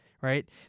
Right